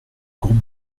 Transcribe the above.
groupes